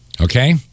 Okay